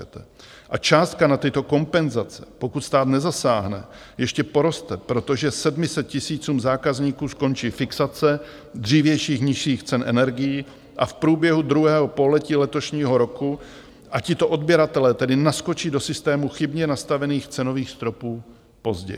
A částka na tyto kompenzace, pokud stát nezasáhne, ještě poroste, protože 700 tisícům zákazníků skončí fixace dřívějších nižších cen energií v průběhu druhého pololetí letošního roku a tito odběratelé tedy naskočí do systému chybně nastavených cenových stropů později.